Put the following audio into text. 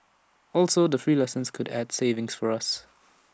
also the free lessons could add savings for us